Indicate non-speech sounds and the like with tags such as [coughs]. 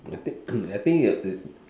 I think [coughs] I think you have to